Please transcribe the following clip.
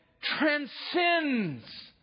transcends